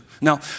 Now